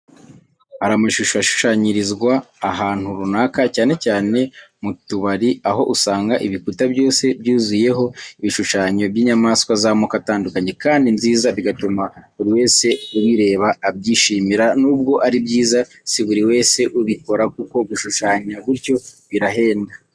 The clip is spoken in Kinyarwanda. Hari amashusho ashushanyirizwa ahantu runaka, cyane cyane mu tubari, aho usanga ibikuta byose byuzuyeho ibishushanyo by’inyamanswa z’amoko atandukanye kandi nziza, bigatuma buri wese ubireba abyishimira. Nubwo ari byiza, si buri wese ubikora, kuko gushushanya gutyo birahenda.